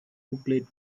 booklet